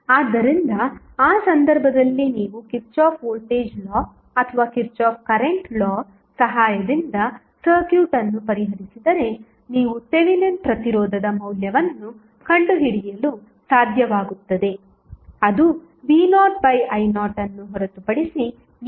ಆದ್ದರಿಂದ ಆ ಸಂದರ್ಭದಲ್ಲಿ ನೀವು ಕಿರ್ಚಾಫ್ ವೋಲ್ಟೇಜ್ ಲಾ ಅಥವಾ ಕಿರ್ಚಾಫ್ ಕರೆಂಟ್ ಲಾ ಸಹಾಯದಿಂದ ಸರ್ಕ್ಯೂಟ್ ಅನ್ನು ಪರಿಹರಿಸಿದರೆ ನೀವು ಥೆವೆನಿನ್ ಪ್ರತಿರೋಧದ ಮೌಲ್ಯವನ್ನು ಕಂಡುಹಿಡಿಯಲು ಸಾಧ್ಯವಾಗುತ್ತದೆ ಅದು v0i0ಅನ್ನು ಹೊರತುಪಡಿಸಿ ಏನೂ ಆಗುವುದಿಲ್ಲ